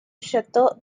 château